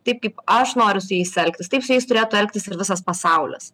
taip kaip aš noriu su jais elgtis taip su jais turėtų elgtis ir visas pasaulis